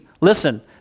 Listen